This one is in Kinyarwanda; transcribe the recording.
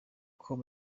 com